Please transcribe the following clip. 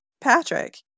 Patrick